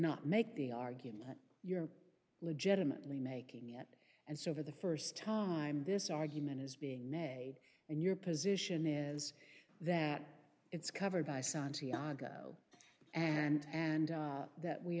not make the argument you're legitimately making yet and so for the first time this argument is being made and your position is that it's covered by santiago and and that we